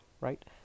right